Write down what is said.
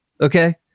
okay